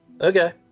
Okay